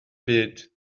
byd